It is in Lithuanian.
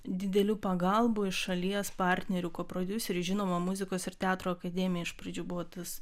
didelių pagalbų iš šalies partnerių koprodiuserių žinoma muzikos ir teatro akademija iš pradžių buvo tas